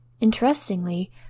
Interestingly